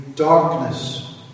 Darkness